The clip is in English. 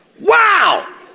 wow